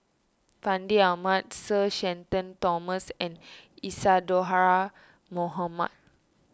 Fandi Ahmad Sir Shenton Thomas and Isadhora Mohamed